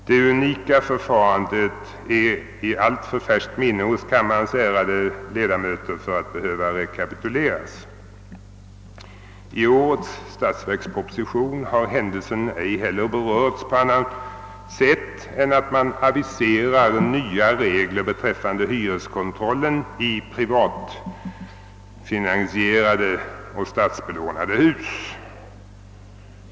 Det unika förfarandet är i alltför färskt minne hos kammarens ärade ledamöter för att behöva rekapituleras. I årets statsverksproposition har händelsen ej heller berörts på annat sätt än att man aviserar nya regler beträffande hyreskontrollen i privatfinansierade och statsbelånade hus.